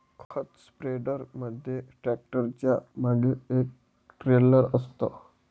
खत स्प्रेडर मध्ये ट्रॅक्टरच्या मागे एक ट्रेलर असतं